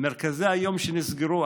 מרכזי היום שנסגרו,